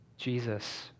Jesus